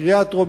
בקריאה הטרומית,